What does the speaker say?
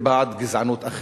ובעד גזענות אחרת.